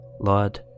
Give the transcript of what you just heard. Lord